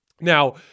Now